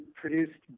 produced